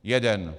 Jeden!